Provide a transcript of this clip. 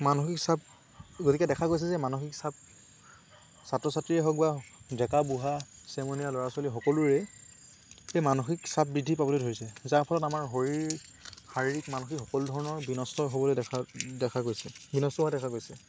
মানসিক চাপ গতিকে দেখা গৈছে যে মানসিক চাপ ছাত্ৰ ছাত্ৰীয়ে হওক বা ডেকা বুঢ়া চেমনীয়া ল'ৰা ছোৱালী সকলোৰে এই মানসিক চাপ বৃদ্ধি পাবলৈ ধৰিছে যাৰ ফলত আমাৰ শৰীৰ শাৰীৰিক মানসিক সকলো ধৰণৰ বিনষ্ট হ'বলৈ দেখা দেখা গৈছে বিনষ্ট হোৱা দেখা গৈছে